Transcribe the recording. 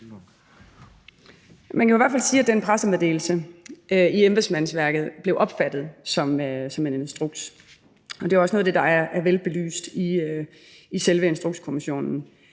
Man kan jo i hvert fald sige, at den pressemeddelelse i embedsmandsværket blev opfattet som en instruks. Og det er også noget af det, der er velbelyst i selve Instrukskommissionen.